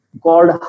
called